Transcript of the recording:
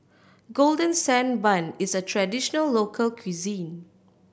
Golden Sand Bun is a traditional local cuisine